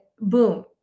boom